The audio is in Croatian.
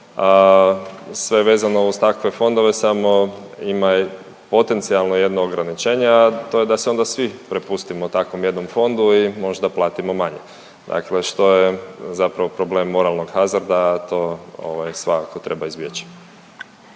sve vezano uz takve fondove, samo ima i potencijalno jedno ograničenje, a to je da se onda svi prepustimo takvom jednom fondu i možda platimo manje, dakle što je zapravo problem moralnog hazarda, a to ovaj, svakako treba izbjeći.